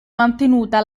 mantenuta